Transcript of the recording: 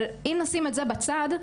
אבל אם נשים את זה בצד,